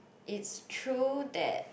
is true that